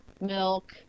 milk